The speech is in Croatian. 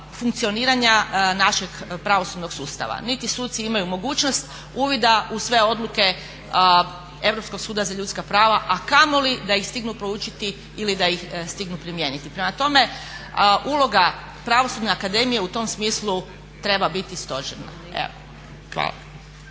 funkcioniranja našeg pravosudnog sustava. Niti suci imaju mogućnost uvida u sve odluke Europskog suda za ljudska prava, a kamoli da ih stignu proučiti ili da ih stignu primijeniti. Prema tome, uloga Pravosudne akademije u tom smislu treba biti stožerna.